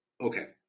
Okay